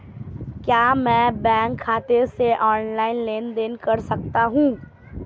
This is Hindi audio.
क्या मैं बैंक खाते से ऑनलाइन लेनदेन कर सकता हूं?